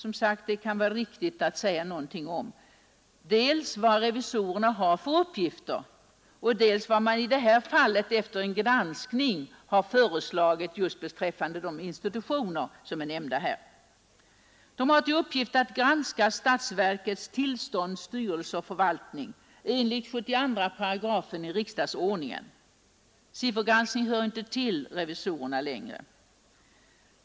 Jag vill här säga några ord om vad riksdagens revisorer har för uppgifter. Dessutom vill jag något redogöra för vad revisorerna efter sin granskning har föreslagit beträffande de institutioner som nämnts här i dag. Riksdagens revisorer har enligt 72 8 riksdagsordningen till uppgift att granska statsverkets tillstånd, styrelse och förvaltning. Siffergranskning hör inte längre till revisorernas uppgifter.